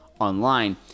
online